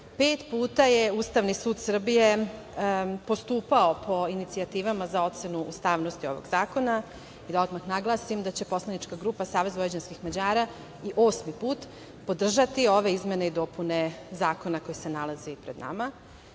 puta je Ustavni sud Srbije postupao po inicijativa za ocenu ustavnosti ovog zakona. Da odmah naglasim da će poslanička grupa Savez vojvođanskih Mađara i osmi put podržati ove izmene i dopune zakona koji se nalaze pred nama,